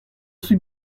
suis